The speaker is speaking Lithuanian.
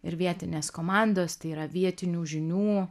ir vietinės komandos tai yra vietinių žinių